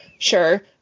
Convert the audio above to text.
Sure